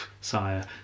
sire